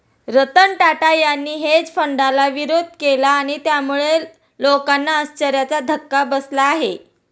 रतन टाटा यांनी हेज फंडाला विरोध केला आणि त्यामुळे लोकांना आश्चर्याचा धक्का बसला आहे